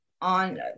on